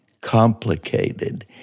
complicated